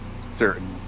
certain